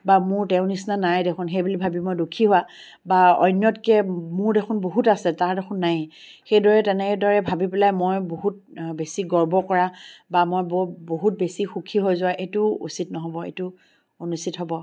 বা মোৰ তেওঁৰ নিচিনা নাই দেখোন সেই বুলি ভাবি মই দুখী হোৱা বা অন্যতকে মোৰ দেখোন বহুত আছে তাৰ দেখোন নায়ে সেইদৰে তেনেদৰে ভাবি পেলাই মই বহুত বেছি গৰ্ব কৰা বা মই বহুত বেছি সুখী হৈ যোৱা এইটো উচিত নহ'ব এইটো অনুচিত হ'ব